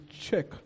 check